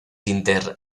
inter